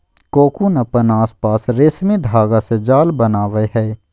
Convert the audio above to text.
cocoon अपन आसपास रेशमी धागा से जाल बनावय हइ